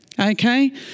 Okay